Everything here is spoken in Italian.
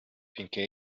finché